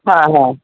হ্যাঁ হ্যাঁ